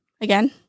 again